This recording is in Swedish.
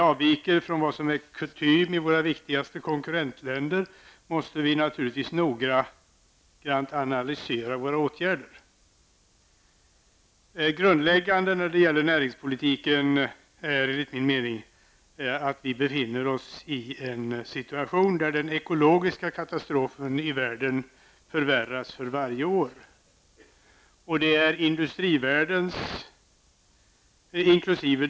Avviker vi från vad som är kutym i våra viktigaste konkurrentländer måste vi naturligtvis noggrant analysera våra åtgärder. Grundläggande när det gäller näringspolitiken är enligt min mening att vi befinner oss i en situation där den ekologiska katastrofen i världen förvärras för varje år. Det är industrivärldens industriella processer -- inkl.